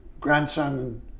grandson